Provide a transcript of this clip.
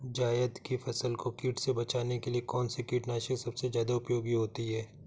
जायद की फसल को कीट से बचाने के लिए कौन से कीटनाशक सबसे ज्यादा उपयोगी होती है?